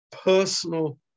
personal